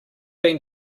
been